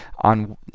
on